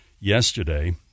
yesterday